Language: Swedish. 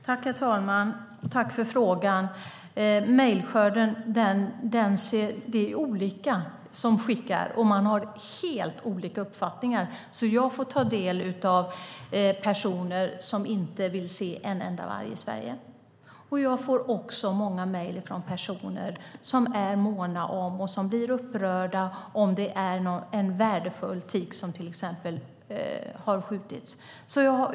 Herr talman! Jag tackar för frågan. Angående mejlskörden är det olika. Jag får ta del av helt olika uppfattningar. Det är personer som inte vill se en enda varg i Sverige. Jag får också många mejl från personer som är måna om vargen och som blir upprörda om det till exempel är en värdefull tik som har skjutits.